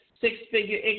six-figure